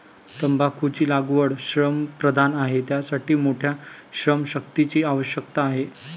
तंबाखूची लागवड श्रमप्रधान आहे, त्यासाठी मोठ्या श्रमशक्तीची आवश्यकता आहे